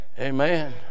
Amen